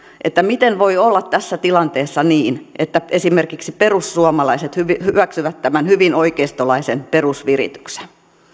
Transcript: miten voi olla tässä tilanteessa niin että esimerkiksi perussuomalaiset hyväksyvät tämän hyvin oikeistolaisen perusvirityksen